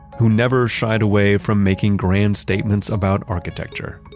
who never shied away from making grand statements about architecture,